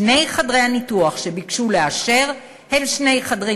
שני חדרי הניתוח שביקשו לאשר הם שני חדרי